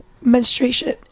menstruation